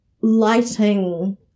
lighting